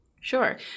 Sure